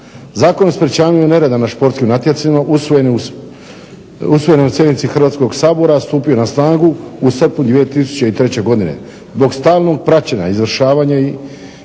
Zakon o sprječavanju nereda na športskim natjecanjima usvojen je na sjednici Hrvatskog sabora, a stupio je na snagu u srpnju 2003. godine. Zbog stalnog praćenja, izvršavanja i primjenjivanja